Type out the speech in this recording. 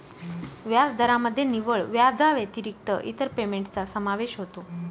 व्याजदरामध्ये निव्वळ व्याजाव्यतिरिक्त इतर पेमेंटचा समावेश होतो